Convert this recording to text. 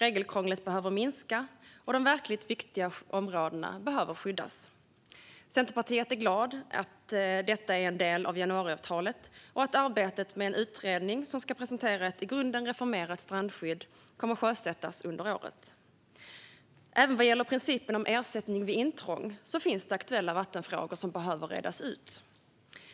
Regelkrånglet behöver minska, och de verkligt viktiga områdena behöver skyddas. Vi i Centerpartiet är glada att detta är en del av januariavtalet och att arbetet med en utredning som ska presentera ett i grunden reformerat strandskydd kommer att sjösättas under året. Även vad gäller principen om ersättning vid intrång finns det aktuella vattenfrågor som behöver redas ut.